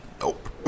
Nope